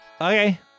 Okay